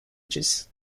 ages